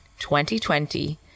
2020